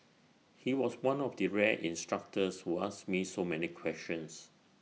he was one of the rare instructors who asked me so many questions